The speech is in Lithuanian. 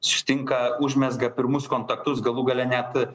susitinka užmezga pirmus kontaktus galų gale net